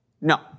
no